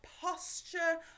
posture